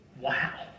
wow